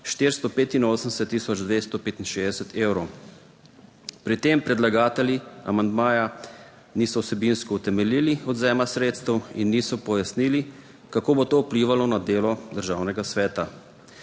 265 evrov. Pri tem predlagatelji amandmaja niso vsebinsko utemeljili, odvzema sredstev, in niso pojasnili, kako bo to vplivalo na delo Državnega sveta.